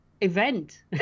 event